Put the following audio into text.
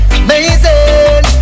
amazing